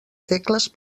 tecles